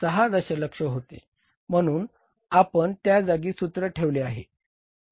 6 दशलक्ष होते म्हणून आपण त्याजागी सूत्र ठेवले आहे